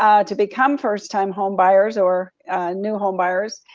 um to become first time home buyers, or new home buyers.